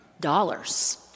dollars